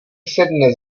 sedne